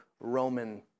roman